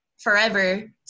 forever